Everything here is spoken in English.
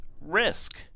risk